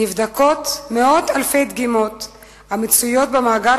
נבדקות מאות אלפי הדגימות המצויות במאגר